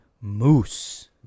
Moose